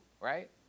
right